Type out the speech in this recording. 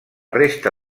resta